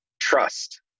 trust